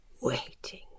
waiting